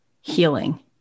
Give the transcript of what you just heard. healing